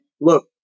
Look